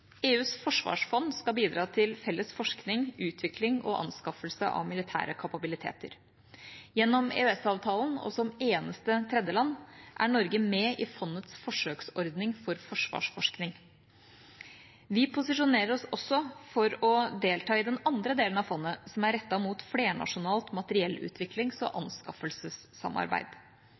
EUs forsvarsfond skal bidra til felles forskning, utvikling og anskaffelse av militære kapabiliteter. Gjennom EØS-avtalen, og som eneste tredjeland, er Norge med i fondets forsøksordning for forsvarsforskning. Vi posisjonerer oss også for å delta i den andre delen av fondet, som er rettet mot flernasjonalt materiellutviklings- og anskaffelsessamarbeid.